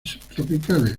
subtropicales